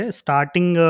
starting